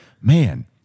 man